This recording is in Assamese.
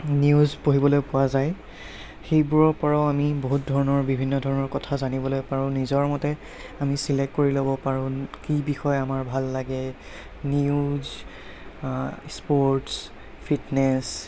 নিউজ পঢ়িবলৈ পোৱা যায় সেইবোৰৰপৰাও আমি বহুত ধৰণৰ বিভিন্ন ধৰণৰ কথা জানিবলৈ পাৰোঁ নিজৰ মতে আমি চিলেক্ট কৰি ল'ব পাৰোঁ কি বিষয়ে আমাৰ ভাল লাগে নিউজ স্পৰ্টছ ফিটনেছ